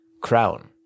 Crown